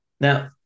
now